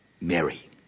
Mary